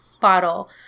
bottle